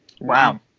Wow